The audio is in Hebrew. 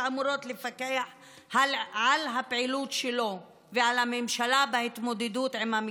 שאמורות לפקח על הפעילות שלו ועל הממשלה בהתמודדות עם המגפה.